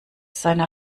seiner